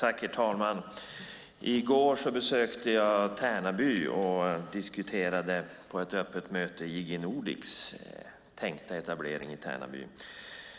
Herr talman! I går besökte jag Tärnaby och diskuterade IGE Nordics tänkta etablering där.